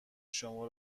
شما